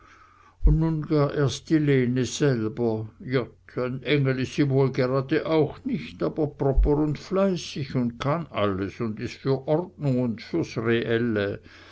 gar erst die lene selber jott ein engel is sie woll grade auch nich aber propper und fleißig un kann alles und is für ordnung un fürs reelle